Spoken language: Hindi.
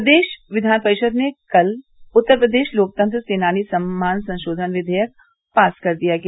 प्रदेश कियान परिषद में कल उत्तर प्रदेश लोकतंत्र सेनानी सम्मान संशोधन विघेयक पास कर दिया गया